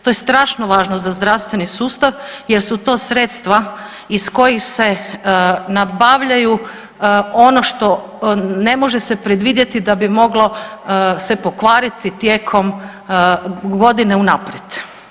To je strašno važno za zdravstveni sustav jer su to sredstva iz kojih se nabavlja ono što ne može se predvidjeti da bi moglo se pokvariti tijekom godine unaprijed.